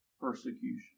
persecution